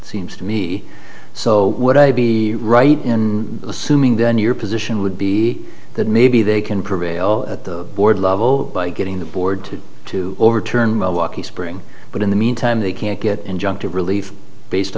seems to me so would i be right in assuming then your position would be that maybe they can prevail at the board level by getting the board to overturn milwaukee spring but in the meantime they can't get injunctive relief based